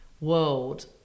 world